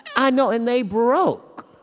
i know. and they broke.